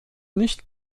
nicht